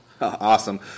Awesome